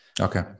okay